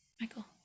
Michael